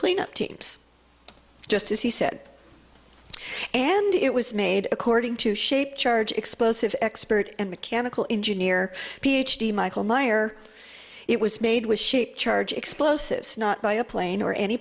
clean up teams just as he said and it was made according to shaped charge explosive expert and mechanical engineer ph d michael meyer it was made was shaped charge explosives not by a plane or any